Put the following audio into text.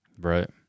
right